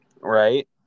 Right